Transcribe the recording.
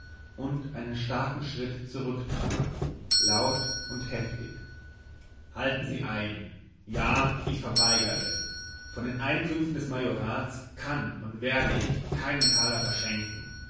und einen starken schritt zurücktrat laut und heftig halten sie ein ja ich verweigere von den einkünften des majorats kann und werde ich keinen taler verschenken